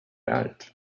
alt